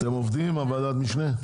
אתם עובדים בוועדת המשנה?